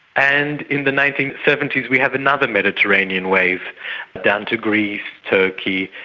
and in the nineteen seventy s we have another mediterranean wave down to greece, turkey,